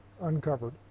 uncovered